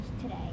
today